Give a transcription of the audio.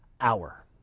hour